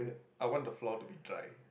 I want the floor to be dried